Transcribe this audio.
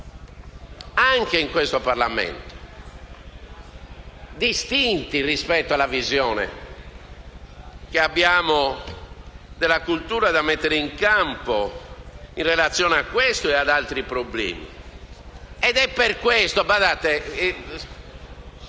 anche in questo Parlamento, rispetto alla nostra visione della cultura da mettere in campo, in relazione a questo e ad altri problemi.